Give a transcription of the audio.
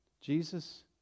Jesus